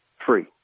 free